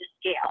scale